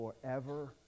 forever